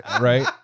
right